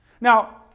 Now